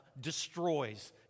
destroys